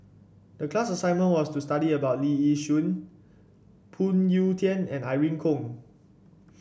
the class assignment was to study about Lee Yi Shyan Phoon Yew Tien and Irene Khong